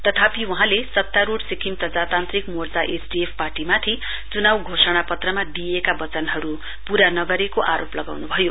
तथापि वहाँले सत्तारूढ़ सिक्किम प्रजातान्त्रिक मोर्चा एसडिएफ पार्टी माथि चुनाउ घोषणा पत्रमा दिइएका वचनहरू पूरा नगरेको आरोप लगाउनुभयो